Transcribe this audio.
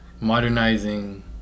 modernizing